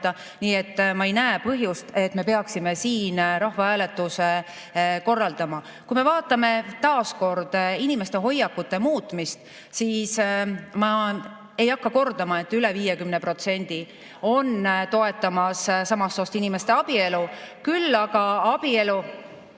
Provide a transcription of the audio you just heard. Nii et ma ei näe põhjust, miks me peaksime siin rahvahääletuse korraldama. Kui me vaatame veel kord inimeste hoiakute muutumist, siis ma kordan, et üle 50% toetab samast soost inimeste abielu. Ja abiellumise